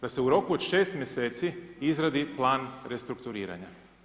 Da se u roku 6 mjeseci izradi plan restrukturiranja.